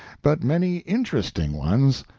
but many interesting ones.